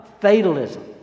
Fatalism